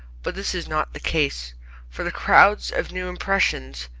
but this is not the case for the crowds of new impressions,